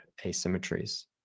asymmetries